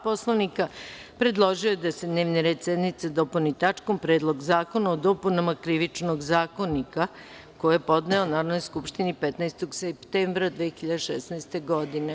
Poslovnika, predložio je da se dnevni red sednice dopuni tačkom – Predlog zakona o dopunama Krivičnog zakonika, koji je podneo Narodnoj skupštini 15. septembra 2016. godine.